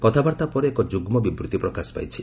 କଥାବାର୍ତ୍ତା ପରେ ଏକ ଯୁଗ୍ମ ବିବୃତ୍ତି ପ୍ରକାଶ ପାଇଛି